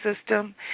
system